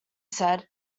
said